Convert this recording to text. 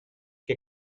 què